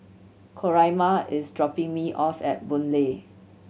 Coraima is dropping me off at Boon Lay